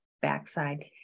backside